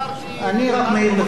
אתה רק אומר, ואני רק מעיר.